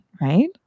right